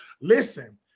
Listen